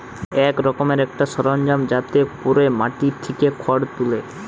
এক রকমের একটা সরঞ্জাম যাতে কোরে মাটি থিকে খড় তুলে